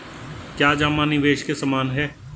क्या जमा निवेश के समान है?